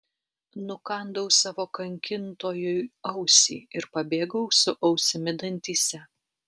nukandau savo kankintojui ausį ir pabėgau su ausimi dantyse